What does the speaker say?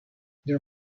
there